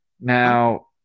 Now